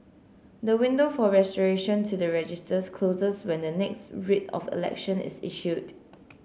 the window for restoration to the registers closes when the next Writ of Election is issued